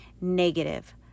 negative